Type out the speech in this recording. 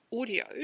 audio